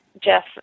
Jeff